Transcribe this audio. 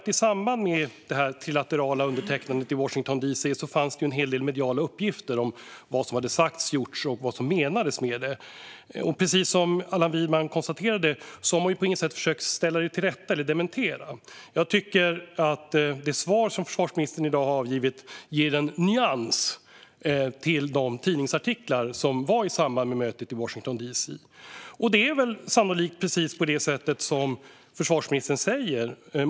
I samband med det trilaterala undertecknandet i Washington DC fanns det en hel del mediala uppgifter om vad som sagts och gjorts och vad som menades med det. Precis som Allan Widman konstaterade har man på inget sätt försökt ställa det till rätta eller dementera det. Jag tycker att det svar som försvarsministern i dag har avgivit ger en nyans till tidningsartiklarna i samband med mötet i Washington DC. Det är sannolikt på precis det sätt som försvarsministern säger att det är.